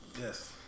Yes